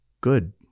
good